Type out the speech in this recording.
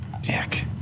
Dick